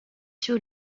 sur